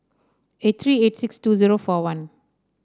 eight three eight six two zero four one